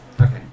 Okay